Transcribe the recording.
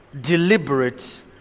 Deliberate